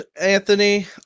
Anthony